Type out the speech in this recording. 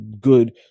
good